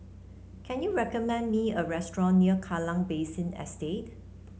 can you recommend me a restaurant near Kallang Basin Estate